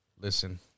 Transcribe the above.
Listen